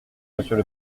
monsieur